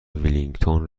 ولینگتون